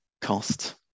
cost